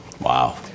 Wow